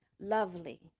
Lovely